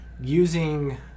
using